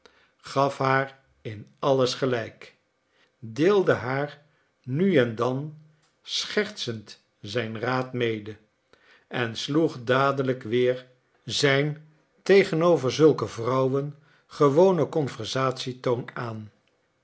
haar in alles gelijk deelde haar nu en dan schertsend zijn raad mede en sloeg dadelijk weer zijn tegenover zulke vrouwen gewonen conversatietoon aan